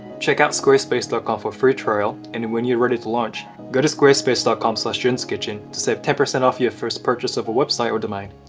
check out squarespace dot com for a free trial and when you're ready to launch, go to squarespace dot com slash junskitchen to save ten percent off your first purchase of a website or domain.